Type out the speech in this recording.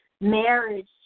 Marriage